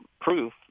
proof